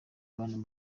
abantu